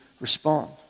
respond